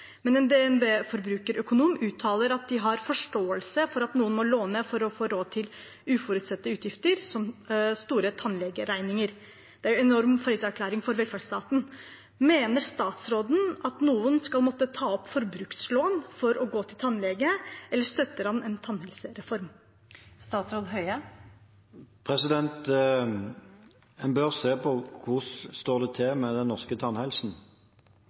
men en DNB-forbrukerøkonom uttaler at de har forståelse for at noen må låne for å få råd til uforutsette utgifter, som store tannlegeregninger. Det er en enorm fallitterklæring for velferdsstaten. Mener statsråden at noen skal måtte ta opp forbrukslån for å gå til tannlege, eller støtter han en tannhelsereform? En bør se på hvordan det står til med den norske tannhelsen.